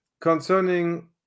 concerning